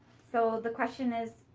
so the question is,